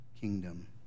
kingdom